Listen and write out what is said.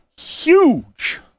huge